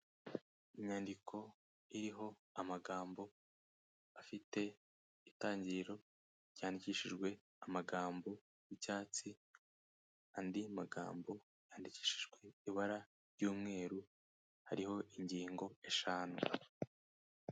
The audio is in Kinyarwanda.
Inyandiko iriho amagambo afite itangiriro, cyandikishijwe amagambo y'icyatsi, andi magambo yandikishijwe ibara ry'umweru, hariho ingingo eshanu.